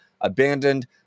Abandoned